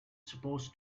supposed